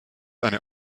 eine